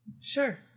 Sure